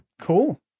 Cool